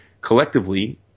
collectively